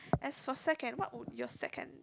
and for second what would be your second